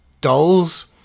dolls